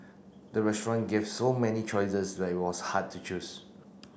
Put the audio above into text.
the restaurant gave so many choices that it was hard to choose